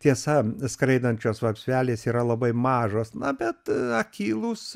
tiesa skraidančios vapsvelės yra labai mažos na bet akylūs